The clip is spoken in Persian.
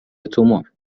تومور